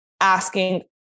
asking